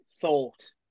thought